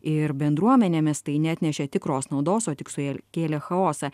ir bendruomenėmis tai neatnešė tikros naudos o tik sukėlė chaosą